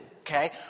Okay